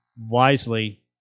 wisely